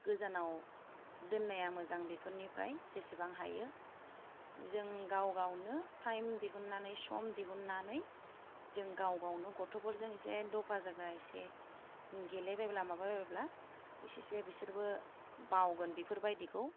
गोजानाव दोननाया मोजां बेफोरनिफ्राय जेसेबां हायो जों गाव गावनो टाइम दिहुननानै सम दिहुननानै जों गाव गावनो गथ'फोरजों एसे दफाजागा एसे गेलेबायोब्ला माबाबायोब्ला एसेसो बिसोरबो बावगोन बेफोरबायदिखौ